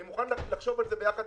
אני מוכן לחשוב על זה יחד